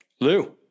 Lou